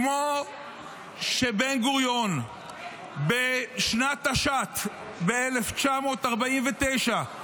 כמו שבן-גוריון בשנת תש"ט, ב-1949,